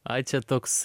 ai čia toks